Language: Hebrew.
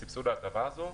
לסבסוד ההטבה הזו.